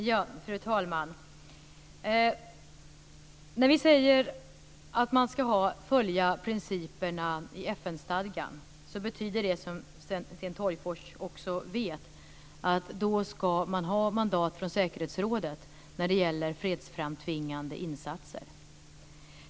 Fru talman! När vi säger att man ska följa principerna i FN-stadgan betyder det, som Sten Tolgfors också vet, att man ska ha mandat från säkerhetsrådet när det gäller fredsframtvingande insatser.